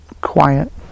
quiet